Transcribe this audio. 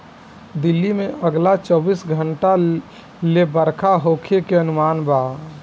दिल्ली में अगला चौबीस घंटा ले बरखा होखे के अनुमान बा